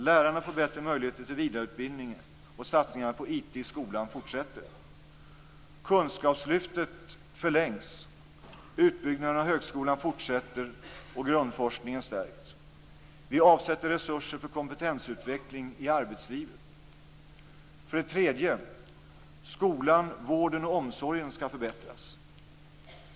Lärarna får bättre möjligheter till vidareutbildning, och satsningarna på IT i skolan fortsätter. Kunskapslyftet förlängs. Utbyggnaden av högskolan fortsätter, och grundforskningen stärks. Vi avsätter resurser för kompetensutveckling i arbetslivet. För det tredje: Skolan, vården och omsorgen skall förbättras.